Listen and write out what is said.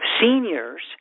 seniors